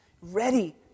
ready